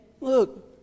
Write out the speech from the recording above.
Look